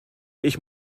ich